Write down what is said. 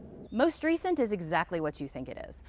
most recent is exactly what you think it is.